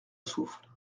souffle